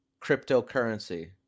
cryptocurrency